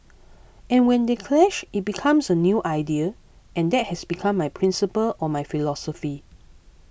and when they clash it becomes a new idea and that has become my principle or my philosophy